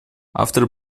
авторы